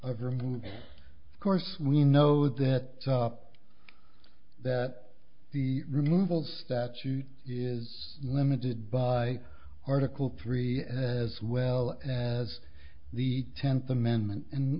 of removal of course we know that up that the removal statute is limited by article three as well as the tenth amendment and